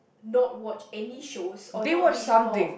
not watch any shows or not be involved